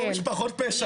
כמו משפחות פשע.